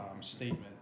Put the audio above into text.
statement